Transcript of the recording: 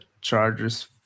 Chargers